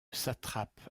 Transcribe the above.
satrape